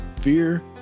fear